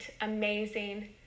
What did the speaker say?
amazing